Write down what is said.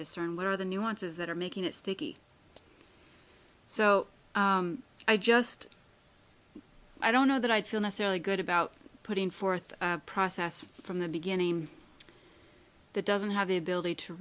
discern what are the nuances that are making it sticky so i just i don't know that i feel necessarily good about putting forth a process from the beginning that doesn't have the ability to